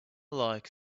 like